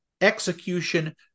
execution